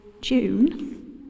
June